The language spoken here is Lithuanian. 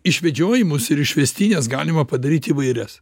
išvedžiojimus ir išvestines galima padaryt įvairias